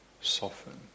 soften